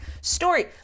story